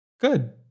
Good